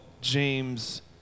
James